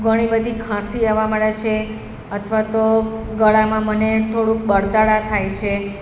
ઘણી બધી ખાંસી આવવા માંડે છે અથવા તો ગળામાં મને થોડુંક બળતરા થાય છે